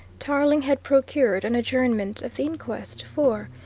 tarling had procured an adjournment of the inquest for,